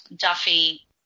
Duffy